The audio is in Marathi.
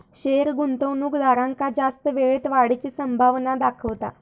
शेयर गुंतवणूकदारांका जास्त वेळेत वाढीची संभावना दाखवता